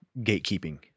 gatekeeping